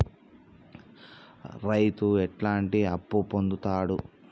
రైతు ఎట్లాంటి అప్పు పొందుతడు?